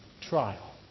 trial